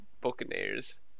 Buccaneers